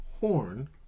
horn